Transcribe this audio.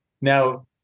Now